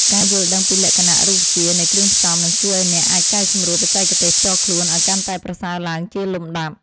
ការយល់ដឹងពីលក្ខណៈរូបវិទ្យានៃគ្រឿងផ្សំ នឹងជួយឱ្យអ្នកអាចកែសម្រួលបច្ចេកទេសផ្ទាល់ខ្លួនឱ្យកាន់តែប្រសើរឡើងជាលំដាប់។